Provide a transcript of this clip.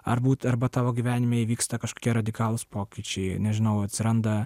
ar būt arba tavo gyvenime įvyksta kažkokie radikalūs pokyčiai nežinau atsiranda